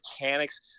mechanics